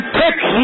take